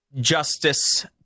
justice